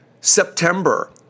September